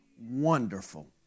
wonderful